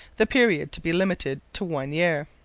the period to be limited to one year.